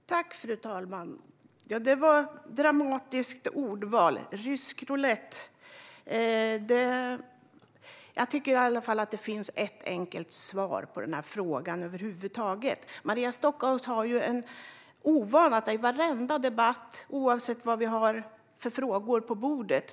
Fru talman! Rysk roulett - det var ett dramatiskt ordval. Jag tycker att det finns ett enkelt svar på denna fråga. Maria Stockhaus har en ovana att ta upp vinstfrågan i varenda debatt oavsett vad vi har för frågor på bordet.